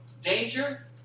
danger